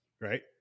right